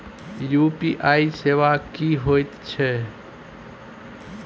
UPI सेवा की होयत छै?